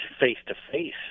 face-to-face